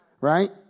Right